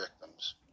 victims